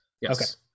Yes